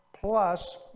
Plus